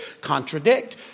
contradict